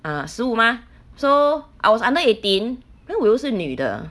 ah 十五 mah so I was under eighteen then 我又是女的